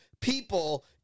people